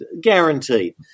guaranteed